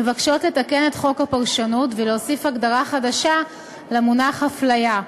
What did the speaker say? מבקשות לתקן את חוק הפרשנות ולהוסיף הגדרה חדשה למונח "הפליה",